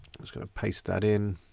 just gonna paste that in.